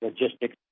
logistics